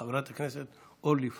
חברת הכנסת אורלי פרומן.